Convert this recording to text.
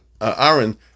Aaron